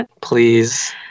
please